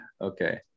Okay